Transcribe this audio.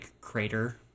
crater